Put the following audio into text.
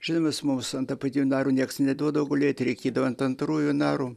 žinomas mums ant apatinių narų niekas neduodavo gulėt reikėdavo ant antrųjų narų